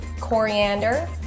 coriander